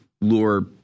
lure